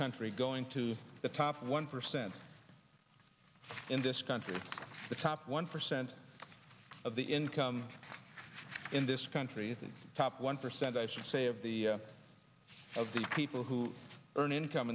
country going to the top one percent in this country the top one percent of the income in this country is the top one percent i should say of the of the people who earn income